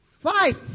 fight